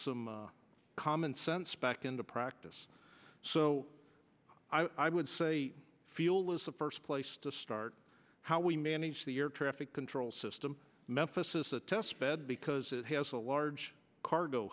some common sense back into practice so i would say field is the first place to start how we manage the air traffic control system memphis is a test bed because it has a large cargo